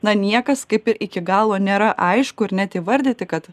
na niekas kaip ir iki galo nėra aišku ir net įvardyti kad